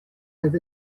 oedd